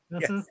yes